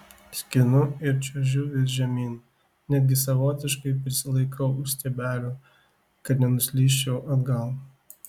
skinu ir čiuožiu vis žemyn netgi savotiškai prisilaikau už stiebelių kad nenuslysčiau atgal